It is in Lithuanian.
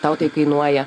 tau tai kainuoja